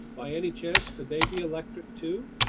by any chance, could they be electric too?